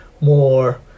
more